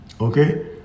okay